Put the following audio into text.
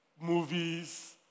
movies